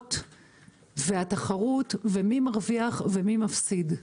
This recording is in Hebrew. העלויות והתחרות ומי מרוויח ומי מפסיד,